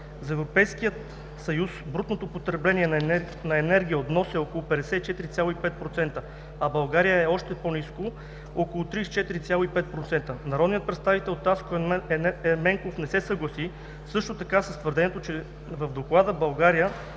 за Европейския съюз брутното потребление на енергия от внос е около 54,5%, а България е още по-ниско – около 34,5%. Народният представител Таско Ерменков не е съгласен също така с твърдението в доклада, че България